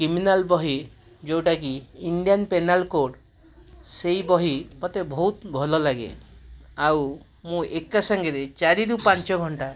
criminal ବହି ଯେଉଁଟା କି ଇଣ୍ଡିଆନ୍ ପେନାଲ୍ କୋଡ଼୍ ସେଇ ବହି ମୋତେ ବହୁତ ଭଲ ଲାଗେ ଆଉ ମୁଁ ଏକା ସାଙ୍ଗରେ ଚାରିରୁ ପାଞ୍ଚଘଣ୍ଟା